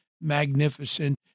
magnificent